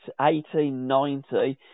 1890